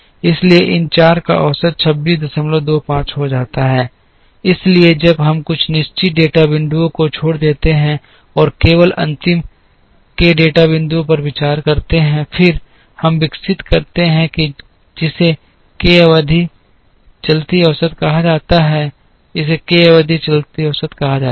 इसलिए इन 4 का औसत 2625 हो जाता है इसलिए जब हम कुछ निश्चित डेटा बिंदुओं को छोड़ देते हैं और केवल अंतिम k डेटा बिंदुओं पर विचार करते हैं फिर हम विकसित करते हैं जिसे k अवधि चलती औसत कहा जाता है इसे k अवधि चलती औसत कहा जाता है